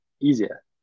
easier